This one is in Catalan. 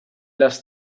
les